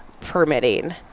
permitting